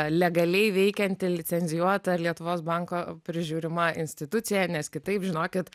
legaliai veikianti licencijuota lietuvos banko prižiūrima institucija nes kitaip žinokit